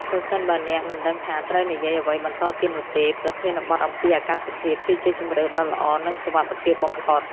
ប្រសិនបើអ្នកមិនដឹងថាត្រូវនិយាយអ្វីបន្តទៀតនោះទេ ប្រធានបទអំពីអាកាសធាតុគឺជាជម្រើសដ៏ល្អនិងសុវត្ថិភាពបំផុត។